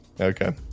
okay